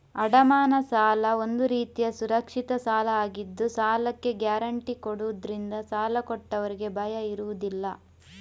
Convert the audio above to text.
ಅಡಮಾನ ಸಾಲ ಒಂದು ರೀತಿಯ ಸುರಕ್ಷಿತ ಸಾಲ ಆಗಿದ್ದು ಸಾಲಕ್ಕೆ ಗ್ಯಾರಂಟಿ ಕೊಡುದ್ರಿಂದ ಸಾಲ ಕೊಟ್ಟವ್ರಿಗೆ ಭಯ ಇರುದಿಲ್ಲ